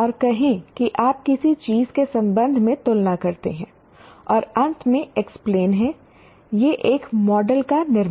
और कहें कि आप किसी चीज़ के संबंध में तुलना करते हैं और अंत में एक्सप्लेन हैं एक मॉडल का निर्माण